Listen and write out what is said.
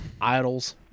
Idols